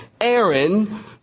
Aaron